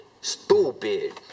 stupid